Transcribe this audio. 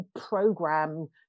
program